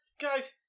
Guys